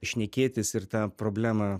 šnekėtis ir tą problemą